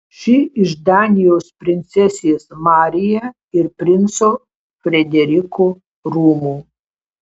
ši iš danijos princesės maryje ir princo frederiko rūmų